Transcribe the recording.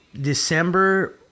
December